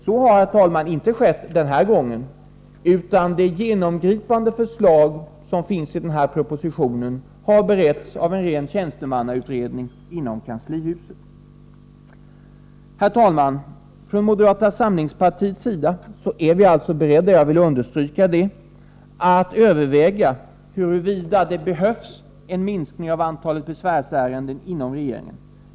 Så har, herr talman, inte skett denna gång, utan det genomgripande förslag som finns i denna proposition har beretts av en tjänstemannautredning inom kanslihuset. Herr talman! Från moderata samlingspartiets sida är vi alltså beredda — jag vill understryka det — att överväga huruvida det behövs en minskning av antalet besvärsärenden i regeringen.